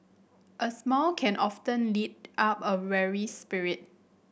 a smile can often lift up a weary spirit